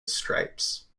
stripes